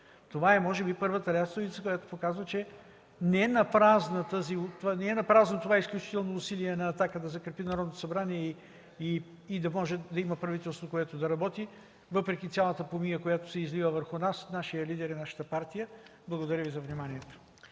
Това е може би първата лястовица, която показва, че не е напразно изключителното усилие на „Атака” да закрепи Народното събрание и да може да има правителство, което да работи, въпреки цялата помия, която се излива върху нас, нашия лидер и нашата партия. Благодаря Ви за вниманието.